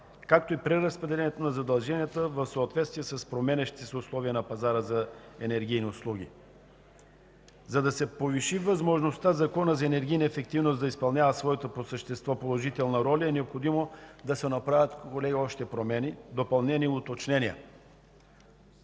както и преразпределението на задълженията, в съответствие с променящите се условия на пазара за енергийни услуги. За да се повиши възможността Законът за енергийната ефективност да изпълнява своята положителна роля по същество, е необходимо да се направят още промени, допълнения и уточнения.